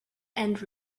and